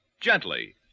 gently